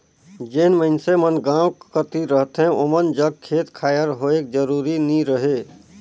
जेन मइनसे मन गाँव कती रहथें ओमन जग खेत खाएर होए जरूरी नी रहें